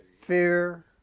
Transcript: Fear